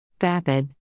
Vapid